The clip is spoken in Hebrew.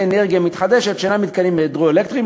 אנרגיה מתחדשת שאינם מתקנים הידרואלקטריים.